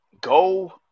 Go